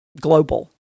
global